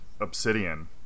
obsidian